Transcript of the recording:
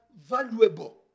valuable